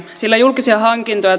sillä julkisia hankintoja